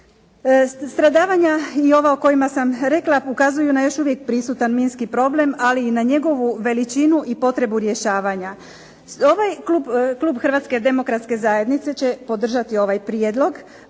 Stradavanja i ova o kojima sam rekla ukazuju na još uvijek prisutan minski problem, ali i na njegovu veličinu i potrebu rješavanja. Ovaj klub Hrvatske demokratske zajednice će podržati ovaj Prijedlog